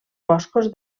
boscos